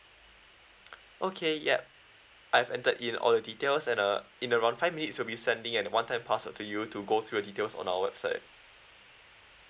okay ya I've entered in all your details and uh in around five minutes we'll be sending an one time password to you to go through your details on our website